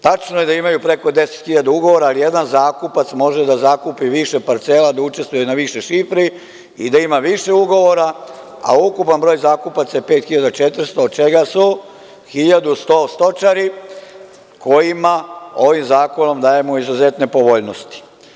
Tačno je da imaju preko 10.000 ugovora, jer jedan zakupac može da zakupi više parcela, da učestvuje na više šifri i da ima više ugovora, a ukupan broj zakupaca je 5.400 od čega su 1.100 stočari kojima ovim zakonom dajemo izuzetne povoljnosti.